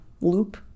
loop